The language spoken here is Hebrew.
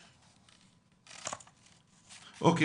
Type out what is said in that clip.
אוקיי.